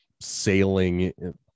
sailing